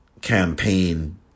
Campaign